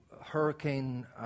hurricane